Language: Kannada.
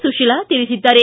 ಸುಶೀಲಾ ತಿಳಿಸಿದ್ದಾರೆ